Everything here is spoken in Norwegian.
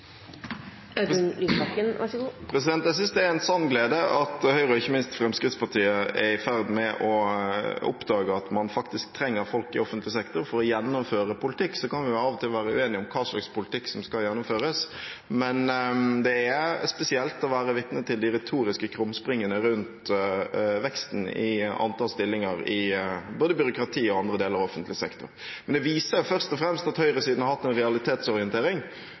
Jeg synes det er en sann glede at Høyre og ikke minst Fremskrittspartiet er i ferd med å oppdage at man faktisk trenger folk i offentlig sektor for å gjennomføre politikk. Så kan vi av og til være uenige om hva slags politikk som skal gjennomføres. Det er spesielt å være vitne til de retoriske krumspringene rundt veksten i antall stillinger i både byråkratiet og andre deler av offentlig sektor. Men det viser først og fremst at høyresiden har hatt en realitetsorientering,